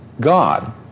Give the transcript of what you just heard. God